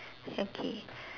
okay